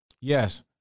Yes